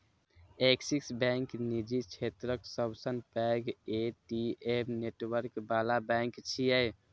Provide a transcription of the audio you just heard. Axis bank निजी क्षेत्रक सबसं पैघ ए.टी.एम नेटवर्क बला बैंक छियै